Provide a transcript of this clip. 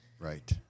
Right